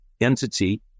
entity